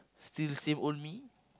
still same old me